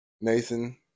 Nathan